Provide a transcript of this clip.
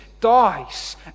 dies